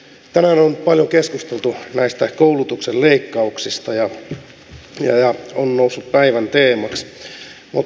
tänään on paljon keskusteltu näistä koulutuksen leikkauksista ja se on noussut päivän teemaksi